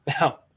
Now